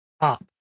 up